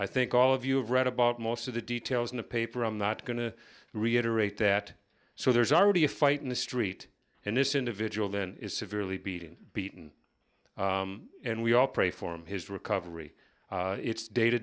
i think all of you have read about most of the details in the paper i'm not going to reiterate that so there's already a fight in the street and this individual then is severely beaten beaten and we all pray for his recovery it's day to